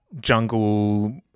jungle